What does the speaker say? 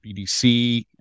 BDC